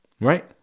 Right